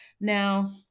Now